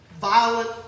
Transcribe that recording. Violent